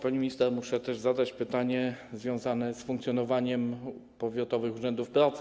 Pani minister, muszę też zadać pytanie związane z funkcjonowaniem powiatowych urzędów pracy.